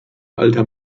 alter